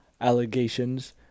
allegations